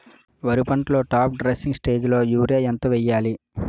వరి పంటలో top dressing స్టేజిలో యూరియా ఎంత వెయ్యాలి?